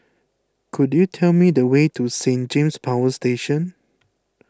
could you tell me the way to Saint James Power Station